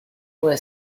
puede